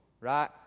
Right